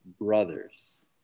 brothers